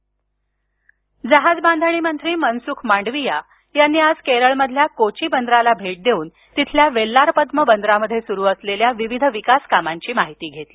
बदर जहाजबांधणी मंत्री मन्सुख मांडवीया यांनी आज केरळमधल्या कोची बंदराला भेट देऊन तिथल्या वेल्लारपद्म बंदरात सुरू असलेल्या विविध विकास कामांची माहिती घेतली